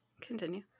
continue